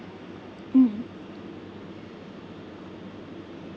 mm